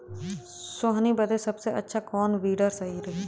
सोहनी बदे सबसे अच्छा कौन वीडर सही रही?